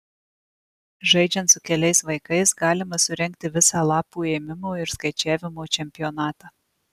žaidžiant su keliais vaikais galima surengti visą lapų ėmimo ir skaičiavimo čempionatą